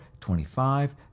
25